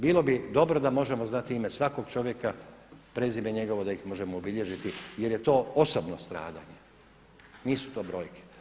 Bilo bi dobro da možemo znati ime svakoga čovjeka, prezime njegovo da ih možemo obilježiti jer je to osobno stradanje, nisu to brojke.